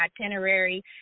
itinerary